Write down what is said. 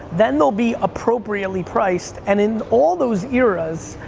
then they'll be appropriately priced, and in all those eras,